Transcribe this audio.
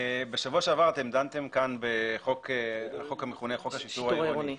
בשבוע שעבר דנתם כאן בחוק השיטור העירוני.